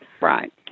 Right